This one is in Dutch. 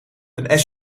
een